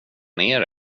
ner